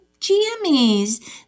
jammies